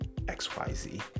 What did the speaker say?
XYZ